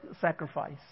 sacrifice